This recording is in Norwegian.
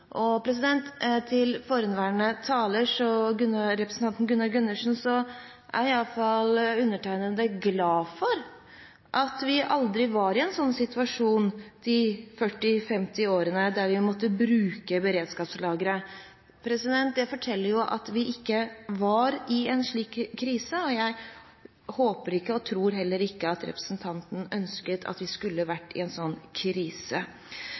Til foregående taler, representanten Gunnar Gundersen, vil jeg si at iallfall undertegnede er glad for at vi aldri var i en sånn situasjon i de 40–50 årene at vi måtte bruke beredskapslagre. Det forteller at vi ikke var i en slik krise, og jeg håper ikke – og tror heller ikke – at representanten ønsket at vi skulle vært i en sånn krise.